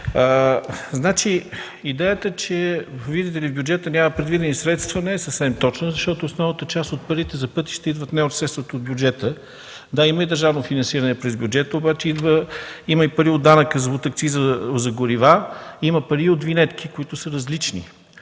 видите ли, в бюджета няма предвидени средства, не е съвсем точна, защото основната част от парите за пътища идват не от средствата от бюджета. Да, има и държавно финансиране през бюджета, обаче има и пари от данъка, от акциза за горива, има пари и от винетки, които са различни,